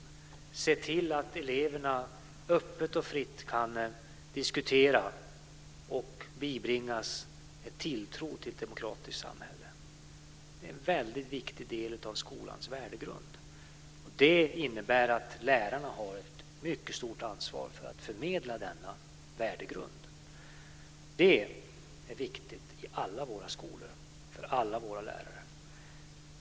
Det gäller att se till att eleverna öppet och fritt kan diskutera och bibringas en tilltro till ett demokratiskt samhälle. Det är en väldigt viktig del av skolans värdegrund. Det innebär att lärarna har ett mycket stort ansvar för att förmedla denna värdegrund. Det är viktigt i alla våra skolor, för alla våra lärare.